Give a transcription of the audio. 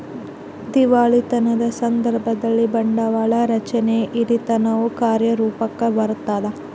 ದಿವಾಳಿತನದ ಸಂದರ್ಭದಲ್ಲಿ, ಬಂಡವಾಳ ರಚನೆಯ ಹಿರಿತನವು ಕಾರ್ಯರೂಪುಕ್ಕ ಬರತದ